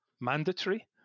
mandatory